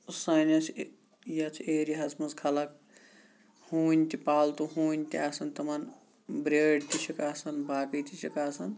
سٲنِس یَتھ ایریاہَس منٛز خلق ہوٗنۍ تہِ پالتوٗ ہوٗنۍ تہِ آسان تِمَن بیٲرۍ تہِ چھِکھ آسن باقٕے تہِ چھِکھ آسان